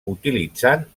utilitzant